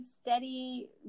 steady